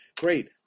great